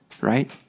right